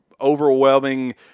Overwhelming